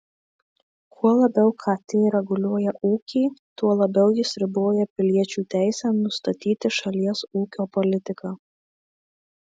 kuo labiau kt reguliuoja ūkį tuo labiau jis riboja piliečių teisę nustatyti šalies ūkio politiką